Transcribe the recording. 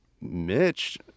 Mitch